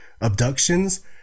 abductions